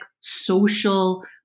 social